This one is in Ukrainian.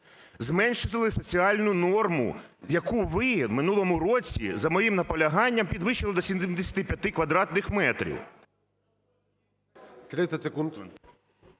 Зменшили соціальну норму, яку ви в минулому році за моїм наполяганням підвищили до 75 квадратних метрів.